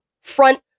front